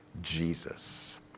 Jesus